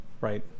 right